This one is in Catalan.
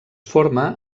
forma